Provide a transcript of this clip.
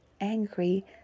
angry